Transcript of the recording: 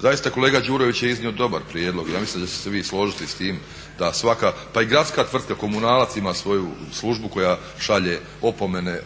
Zaista kolega Đurović je iznio dobar prijedlog, ja mislim da ćete se vi i složiti sa time da svaka pa i gradska tvrtka Komunalac ima svoju službu koja šalje opomene